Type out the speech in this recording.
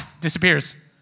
disappears